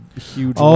huge